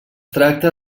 tracta